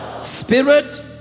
spirit